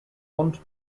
hunt